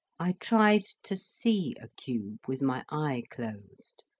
i tried to see a cube with my eye closed,